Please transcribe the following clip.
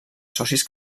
socis